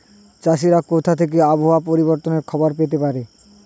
চাষিরা কোথা থেকে আবহাওয়া পরিবর্তনের খবর পেতে পারে?